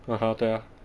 (uh huh) 对啊